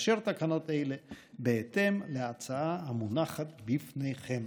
לאשר תקנות אלה בהתאם להצעה המונחת בפניכם.